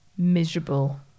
miserable